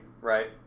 Right